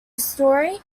story